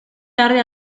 tarde